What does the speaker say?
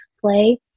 play